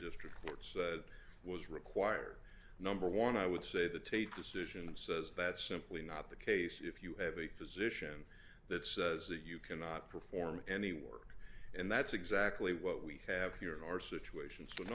district court said was required number one i would say the tape decision says that's simply not the case if you have a physician that says that you cannot perform any work and that's exactly what we have here in our situation